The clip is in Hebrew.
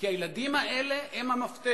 כי הילדים האלה הם המפתח.